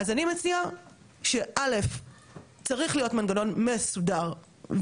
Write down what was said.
צריך להיות מנגנון מסודר ומונגש עבור העובדים האלה,